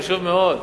חשוב מאוד,